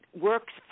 works